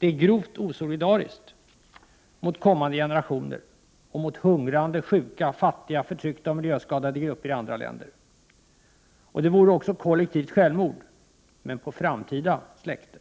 är grovt osolidariskt mot kommande generationer och mot hungrande, sjuka, fattiga, förtryckta och miljöskadade grupper i andra länder. Det vore också kollektivt självmord — på framtida släkter.